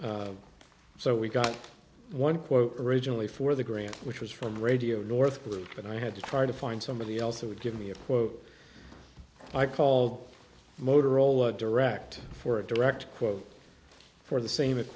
vermont so we got one quote originally for the green which was from radio north group but i had to try to find somebody else who would give me a quote i called motorola direct for a direct quote for the same